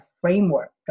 framework